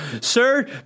Sir